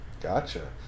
Gotcha